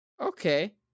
Okay